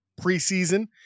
preseason